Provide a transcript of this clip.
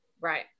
right